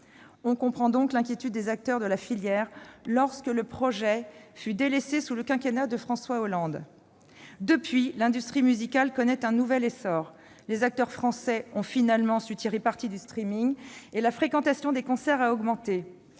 On comprend donc l'inquiétude qui fut celle des acteurs concernés lorsque le projet a été délaissé sous le quinquennat de François Hollande. Depuis, l'industrie musicale connaît un nouvel essor. Les acteurs français ont finalement su tirer parti du et la fréquentation des concerts a augmenté.